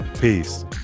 Peace